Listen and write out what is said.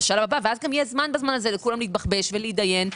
ואז יהיה זמן לכולם להידיין.